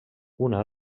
una